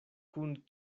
kun